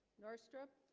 north strip